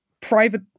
private